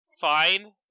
fine